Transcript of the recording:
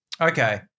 Okay